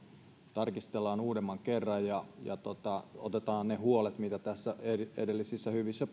tarkistellaan uudemman kerran ja otetaan huomioon ne huolet mitä näissä edellisissä hyvissä